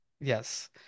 Yes